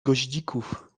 goździków